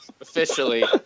Officially